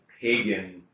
pagan